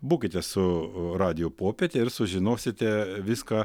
būkite su radijo popiete ir sužinosite viską